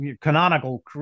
canonical